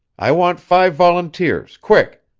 i want five volunteers quick.